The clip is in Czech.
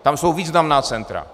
Tam jsou významná centra.